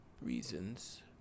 reasons